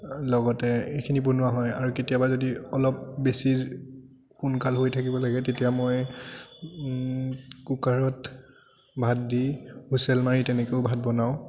লগতে এইখিনি বনোৱা হয় আৰু কেতিয়াবা যদি অলপ বেছি সোনকাল হৈ থাকিব লাগে তেতিয়া মই কুকাৰত ভাত দি হুইছেল মাৰি তেনেকৈও ভাত বনাওঁ